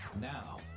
Now